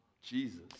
Jesus